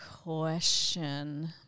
question